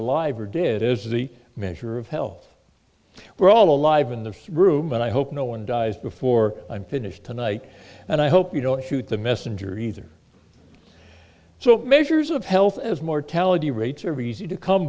alive or dead is the measure of health we're all alive in this room and i hope no one dies before i'm finished tonight and i hope you don't shoot the messenger either so measures of health as mortality rates are easy to come